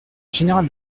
général